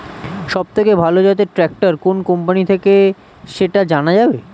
সবথেকে ভালো জাতের ট্রাক্টর কোন কোম্পানি থেকে সেটা জানা যাবে?